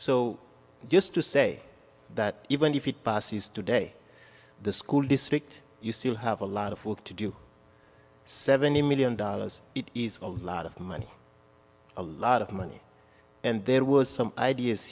so just to say that even if it passes today the school district you still have a lot of work to do seventy million dollars is a lot of money a lot of money and there were some ideas